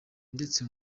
ndetse